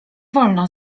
wolno